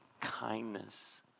kindness